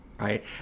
right